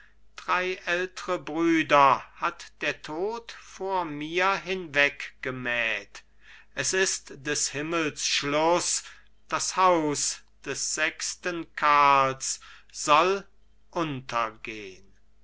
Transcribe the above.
drei ältre brüder hat der tod vor mir hinweggemäht es ist des himmels schluß das haus des sechsten karls soll untergehn